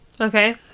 Okay